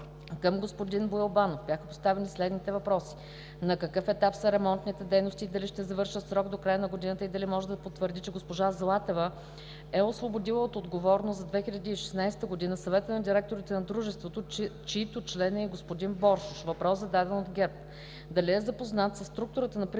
Към господин Боил Банов бяха поставени следните въпроси: На какъв етап са ремонтните дейности и дали ще завършат в срок до края на годината и дали може да потвърди, че госпожа Златева е освободила от отговорност за 2016 г. Съвета на директорите на Дружеството, чийто член е и господин Боршош (ГЕРБ); дали е запознат със структурата на приходите